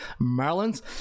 marlins